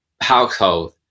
household